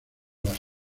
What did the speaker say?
las